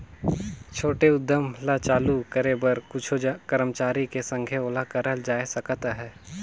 छोटे उद्यम ल चालू करे बर कुछु करमचारी के संघे ओला करल जाए सकत अहे